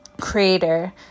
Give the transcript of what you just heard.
creator